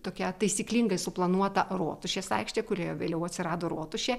tokia taisyklingai suplanuota rotušės aikštė kurioje vėliau atsirado rotušė